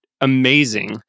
amazing